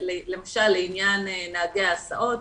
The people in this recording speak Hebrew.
למשל לעניין נהגי ההסעות,